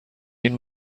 این